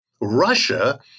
Russia